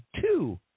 two